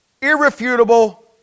irrefutable